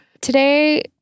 Today